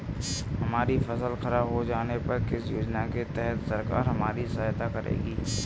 हमारी फसल खराब हो जाने पर किस योजना के तहत सरकार हमारी सहायता करेगी?